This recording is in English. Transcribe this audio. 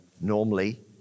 normally